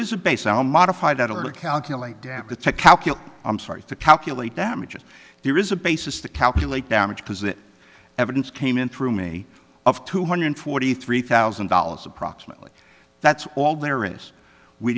is a base on modified order calculate data to calculate i'm sorry to calculate damages there is a basis to calculate damage because that evidence came in through me of two hundred forty three thousand dollars approximately that's all there is w